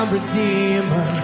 Redeemer